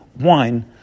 wine